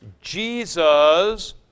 Jesus